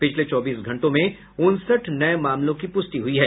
पिछले चौबीस घंटों में उनसठ नये मामलों की पुष्टि हुई है